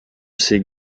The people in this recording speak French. ses